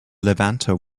levanter